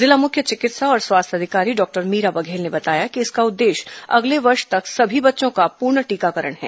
जिला मुख्य चिकित्सा और स्वास्थ्य अधिकारी डॉक्टर मीरा बघेल ने बताया कि इसका उद्देश्य अगले वर्ष तक सभी बच्चों का पूर्ण टीकाकरण है